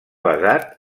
basat